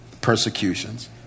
persecutions